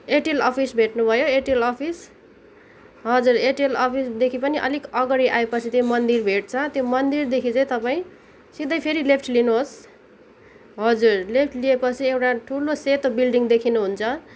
Airtel office भेट्नुभयो Airtel office हजुर Airtel अफिसदेखि पनि अलिक अगाडि आएपछि चाहिँ मन्दिर भेट्छ त्यो मन्दिरदेखि चाहिँ तपाईँ सिधै फेरि लेफ्ट लिनुहोस् हजुर लेफ्ट लिएपछि एउटा ठुलो सेतो बिल्डिङ देख्नुहुन्छ